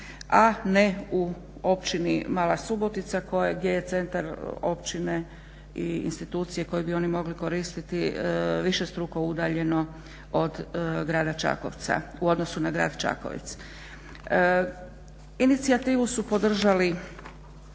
a ne u Općini Mala subotica koja, gdje je centar Općine i institucije koju bi oni mogli koristiti višestruko udaljeno od Grada Čakovca, u odnosu na Grad Čakovec. Inicijativu su podržali,